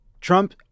Trump